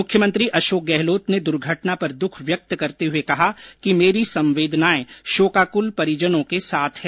मुख्यमंत्री अशोक गहलोत ने द्र्घटना पर द्ख व्यक्त करते हुए कहा कि मेरी संवेदनाएं शोकाकल परिजनों के साथ है